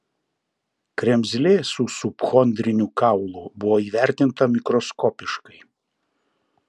kremzlė su subchondriniu kaulu buvo įvertinta mikroskopiškai